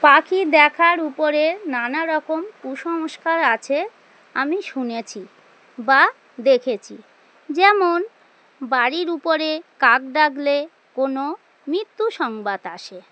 পাখি দেখার উপরে নানারকম কুসংস্কার আছে আমি শুনেছি বা দেখেছি যেমন বাড়ির উপরে কাক ডাকলে কোনো মৃত্যু সংবাদ আসে